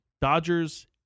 Dodgers